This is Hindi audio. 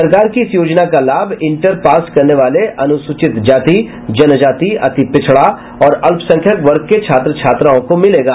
सरकार की इस योजना का लाभ इंटर पास करने वाले अनुसूचित जाति जनजाति अति पिछड़ा और अल्पसंख्यक वर्ग के छात्र छात्राओं को मिलेगा